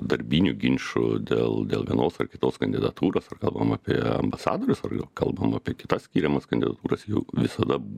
darbinių ginčų dėl dėl vienos ar kitos kandidatūros kai kalbam apie ambasadorius ar jau kalbam apie kitas skiriamas kandidatūras juk visada